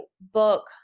book